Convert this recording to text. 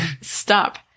Stop